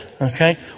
Okay